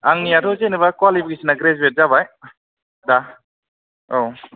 आंनियाथ' जेनेबा क्वालिफिकेसना ग्रेजुवेट जाबाय दा औ